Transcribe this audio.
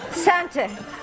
Santa